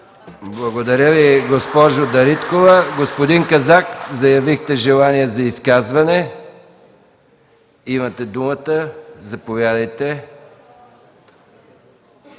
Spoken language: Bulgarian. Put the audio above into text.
Благодаря Ви, госпожо Дариткова. Господин Казак, заявихте желание за изказване – заповядайте.